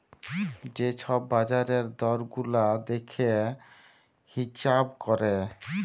যে ছব বাজারের দর গুলা দ্যাইখে হিঁছাব ক্যরে